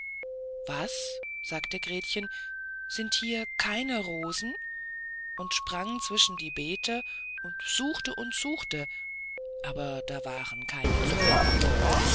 was sagte gretchen sind hier keine rosen und sprang zwischen die beete suchte und suchte aber da waren keine zu finden